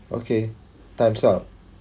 okay time's up